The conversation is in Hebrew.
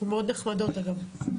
מאוד נחמדות אגב,